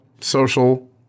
social